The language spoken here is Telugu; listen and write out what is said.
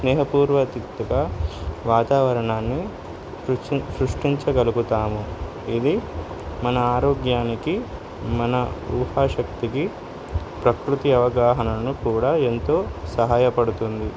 స్నేహపూర్వతిక్తగా వాతావరణాన్ని సృష్టించగలుగుతాము ఇది మన ఆరోగ్యానికి మన ఊహాశక్తికి ప్రకృతి అవగాహనను కూడా ఎంతో సహాయపడుతుంది